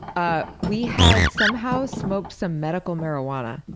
ah we had somehow smoked some medical marijuana,